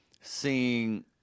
seeing